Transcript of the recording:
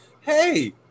hey